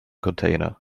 container